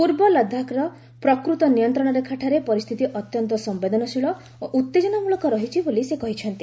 ପୂର୍ବ ଲଦାଖର ପ୍ରକୃତ ନିୟନ୍ତ୍ରଣ ରେଖାଠାରେ ପରିସ୍ଥିତି ଅତ୍ୟନ୍ତ ସମ୍ପେଦନଶୀଳ ଓ ଉତ୍ତେକନା ମୂଳକ ରହିଛି ବୋଲି ସେ କହିଛନ୍ତି